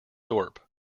thorpe